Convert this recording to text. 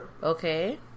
Okay